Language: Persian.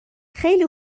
خیلی